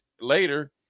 later